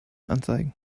anzeigen